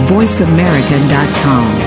VoiceAmerica.com